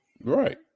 Right